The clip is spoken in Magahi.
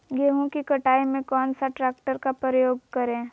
गेंहू की कटाई में कौन सा ट्रैक्टर का प्रयोग करें?